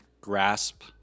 grasp